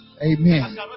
Amen